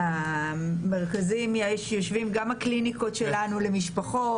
של המרכזים יושבים גם הקליניקות שלנו למשפחות,